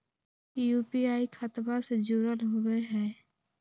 UPI खतबा से जुरल होवे हय?